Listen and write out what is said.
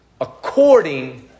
according